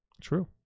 True